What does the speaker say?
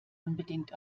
unbedingt